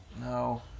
no